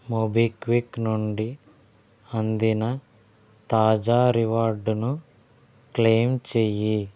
MobiKwik నుండి అందిన తాజా రివార్డును క్లెయిమ్ చెయ్యి